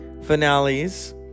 finales